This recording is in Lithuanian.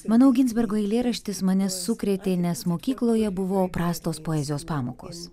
manau ginsbergo eilėraštis mane sukrėtė nes mokykloje buvo prastos poezijos pamokos